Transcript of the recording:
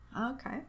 Okay